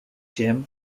gym